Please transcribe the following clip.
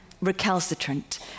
recalcitrant